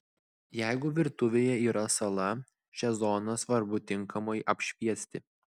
jeigu virtuvėje yra sala šią zoną svarbu tinkamai apšviesti